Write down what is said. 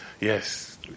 Yes